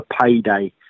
payday